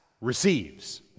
receives